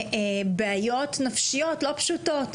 בבעיות נפשיות לא פשוטות